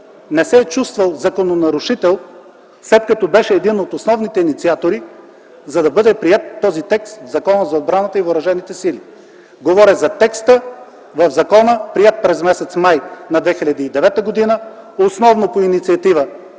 не се е чувствал закононарушител, след като беше един от основните инициатори да бъде приет този текст в Закона за отбраната и въоръжените сили – говоря за текста в закона, приет през м. май 2009 г. основно по инициатива